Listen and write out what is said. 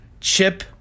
chip